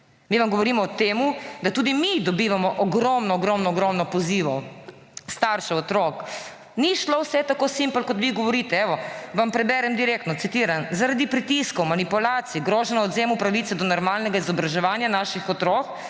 Mi govorimo o tem, da tudi mi dobivamo ogromno ogromno ogromno pozivov staršev, otrok. Ni šlo vse tako simple kot vi govorite. Evo vam preberem direktno, citiram: »Zaradi pritiskov, manipulacij, groženj o odvzemu pravice do normalnega izobraževanja naših otrok